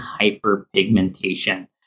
hyperpigmentation